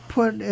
Put